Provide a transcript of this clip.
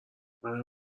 منم